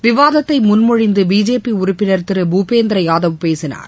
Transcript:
விவாதத்தை முன்மொழிந்து பிஜேபி உறுப்பினர் திரு பூபேந்திர யாதவ் பேசினார்